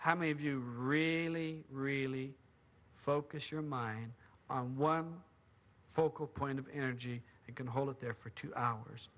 how many of you really really focus your mind one focal point of energy you can hold it there for two hours